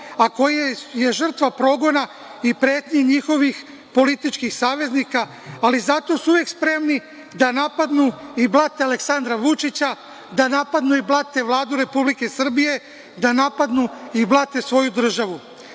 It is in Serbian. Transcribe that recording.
a koji je žrtva progona i pretnji njihovih političkih saveznika, ali zato su uvek spremni da napadnu i blate Aleksandra Vučića, da napadnu i blate Vladu Republike Srbije, da napadnu i blate svoju državu. Više